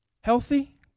Healthy